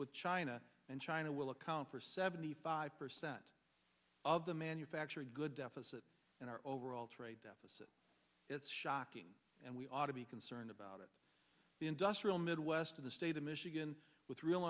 with china and china will account for seventy five percent of the manufactured good deficit in our overall trade deficit it's shocking and we ought to be concerned about it the industrial midwest of the state of michigan with real